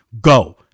go